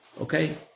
okay